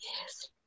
Yes